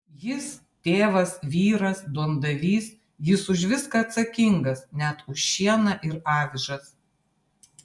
jis tėvas vyras duondavys jis už viską atsakingas net už šieną ir avižas